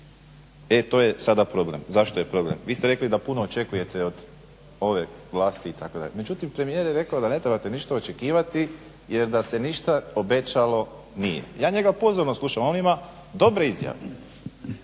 E to je sada problem. Zašto je problem? Vi ste rekli da puno očekujete od ove vlasti itd. Međutim premijer je rekao da ne trebate ništa očekivati jer da se ništa obećalo nije. Ja njega pozorno slušam, on ima dobre izjave ja